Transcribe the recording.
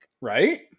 Right